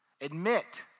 Admit